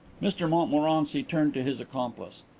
mr montmorency turned to his accomplice.